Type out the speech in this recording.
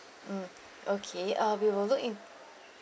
hmm okay uh we will look in